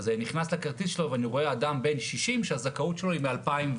אז אני נכנס לכרטיס שלו ואני רואה אדם בן 60 שהזכאות שלו היא מ-2018,